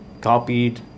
copied